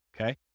Okay